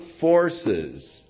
forces